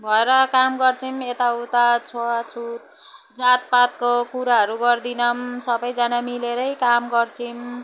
भएर काम गर्छौँ यताउता छुवाछुत जातपातको कुराहरू गर्दैनौँ सबैजना मिलेरै काम गर्छौँ